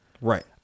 right